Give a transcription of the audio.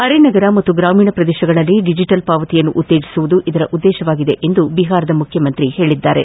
ಅರೆ ನಗರ ಮತ್ತು ಗ್ರಾಮೀಣ ಪ್ರದೇಶಗಳಲ್ಲಿ ಡಿಜೆಟಲ್ ಪಾವತಿಯನ್ನು ಉತ್ತೇಜೆಸುವುದು ಇದರ ಉದ್ದೇಶವಾಗಿದೆ ಎಂದು ಬಿಹಾರದ ಮುಖ್ಯಮಂತ್ರಿ ಹೇಳಿದ್ದಾರೆ